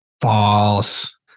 False